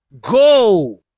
Go